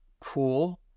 cool